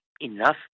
enough